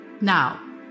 Now